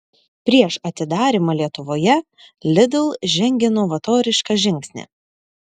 prieš atidarymą lietuvoje lidl žengė novatorišką žingsnį